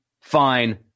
Fine